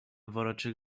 woreczek